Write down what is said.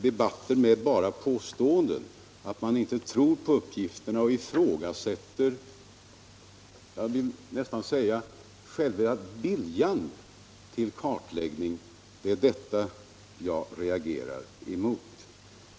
Debatter med bara påståenden att man inte tror på uppgifterna och ifrågasätter, jag vill nästan säga själva viljan till kartläggning, är något som jag reagerar emot.